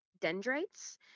dendrites